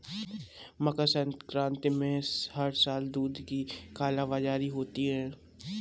मकर संक्रांति में हर साल दूध की कालाबाजारी होती है